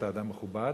אתה אדם מכובד,